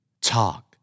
Talk